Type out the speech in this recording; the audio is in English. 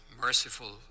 merciful